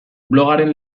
blogaren